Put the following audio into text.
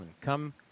come